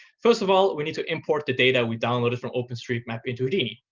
first of all, we need to import the data we downloaded from openstreetmap into houdini.